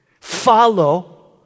follow